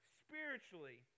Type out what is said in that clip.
spiritually